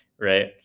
right